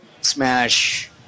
Smash